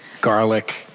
garlic